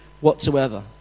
whatsoever